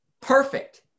Perfect